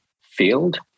field